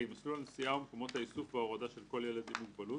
מסלול הנסיעה ומקומות האיסוף וההורדה של כל ילד עם מוגבלות,